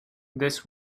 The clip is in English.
this